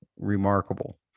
remarkable